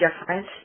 difference